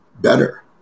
better